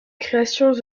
créations